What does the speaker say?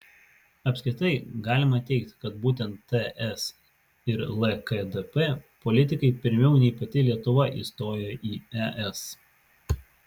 apskritai galima teigti kad būtent ts ir lkdp politikai pirmiau nei pati lietuva įstojo į es